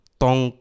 tong